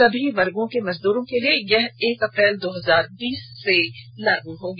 सभी वर्गो के मजदूरो के लिए यह एक अप्रैल दो हजार बीस से लागू होगा